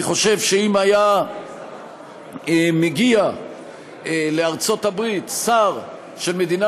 אני חושב שאם היה מגיע לארצות-הברית שר של מדינה